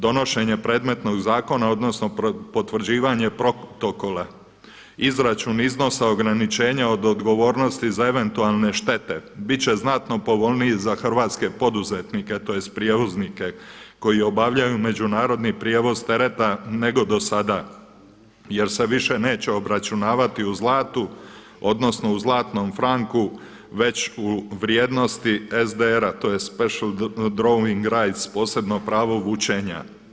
Donošenje predmetnog zakona odnosno potvrđivanje protokola izračun iznosa ograničenja od odgovornosti za eventualne štete bit će znatno povoljniji za hrvatske poduzetnike tj. prijevoznike koji obavljaju međunarodnim prijevoz tereta nego dosada jer se više neće obračunavati u zlatu odnosno u zlatnom franku već u vrijednosti SDR-a to je Special Drawing Rights posebno pravo vučenja.